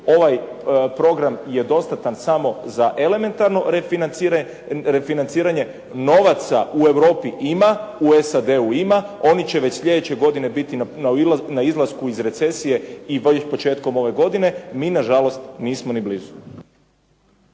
ovaj program je dostatan samo za elementarno refinanciranje. Novaca u Europi ima, u SAD-u ima, oni će sljedeće godine biti na izlasku iz recesije i već početkom ove godine. Mi nažalost nismo ni blizu.